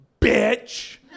Bitch